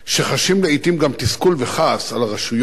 שחשים לעתים גם תסכול וכעס על הרשויות,